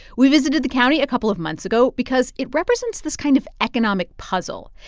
we visited the county a couple of months ago because it represents this kind of economic puzzle.